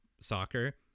soccer